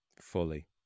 Fully